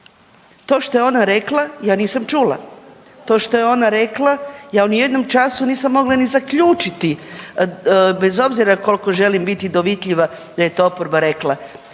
to što je ona ja nisam čula, to što je ona rekla ja u nijednom času nisam mogla ni zaključiti bez obzira koliko želim biti dovitljiva da je to oporba rekla.